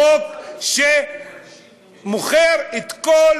חוק שמוכר את כל